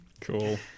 Cool